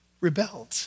rebelled